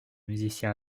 musicien